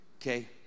Okay